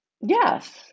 Yes